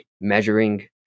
measuring